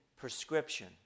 prescription